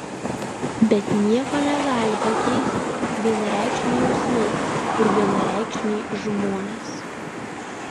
bet nieko negali pakeisti vienareikšmiai jausmai ir vienareikšmiai žmonės